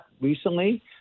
recently